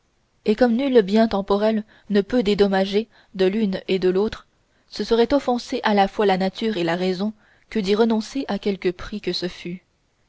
et comme nul bien temporel ne peut dédommager de l'une et de l'autre ce serait offenser à la fois la nature et la raison que d'y renoncer à quelque prix que ce fût